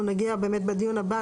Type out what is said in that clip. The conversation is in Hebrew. פה מדברים בעיקר על פג תוקף.